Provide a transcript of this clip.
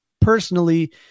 personally